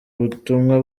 butumwa